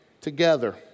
together